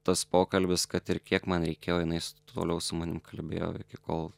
tas pokalbis kad ir kiek man reikėjo jinais toliau su manim kalbėjo iki kol